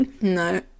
No